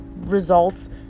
results